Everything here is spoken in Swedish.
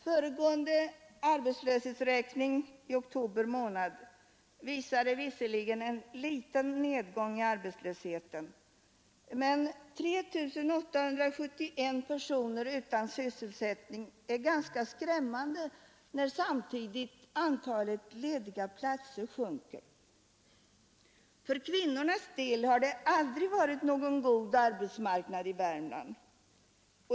Föregående arbetslöshetsräkning i oktober månad visade visserligen en liten nedgång i arbetslösheten men 3 871 personer utan sysselsättning är ganska skrämmande när samtidigt antalet lediga platser sjunker. För kvinnornas del har det aldrig varit någon god arbetsmarknad i Värmland.